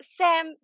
Sam